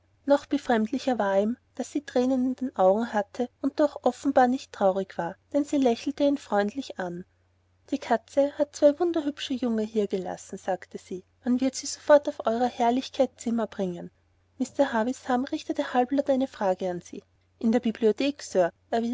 noch befremdlicher war ihm daß sie thränen in den augen hatte und doch offenbar nicht traurig war denn sie lächelte ihn freundlich an die katze hat zwei wunderhübsche junge hier gelassen sagte sie man wird sie sofort auf eurer herrlichkeit zimmer bringen mr havisham richtete halblaut eine frage an sie in der bibliothek sir